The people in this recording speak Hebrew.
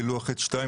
לוח ח'2,